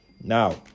Now